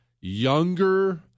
younger